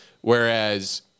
Whereas